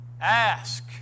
Ask